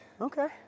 Okay